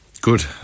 Good